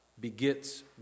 begets